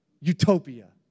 utopia